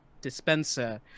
dispenser